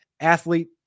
athlete